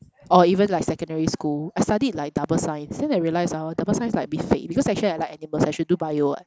or even like secondary school I studied like double science then I realise hor double science like a bit 费 because actually I like animals I should do bio [what]